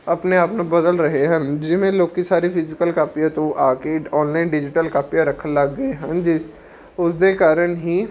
ਆਪਣੇ ਆਪ ਨੂੰ ਬਦਲ ਰਹੇ ਹਨ ਜਿਵੇਂ ਲੋਕ ਸਾਰੇ ਫਿਜ਼ੀਕਲ ਕਾਪੀਆਂ ਤੋਂ ਆ ਕੇ ਔਨਲਾਈਨ ਡਿਜ਼ੀਟਲ ਕਾਪੀਆਂ ਰੱਖਣ ਲੱਗ ਗਏ ਹਨ ਜੇ ਉਸ ਦੇ ਕਾਰਨ ਹੀ